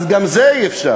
אז גם זה אי-אפשר,